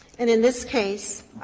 and in this case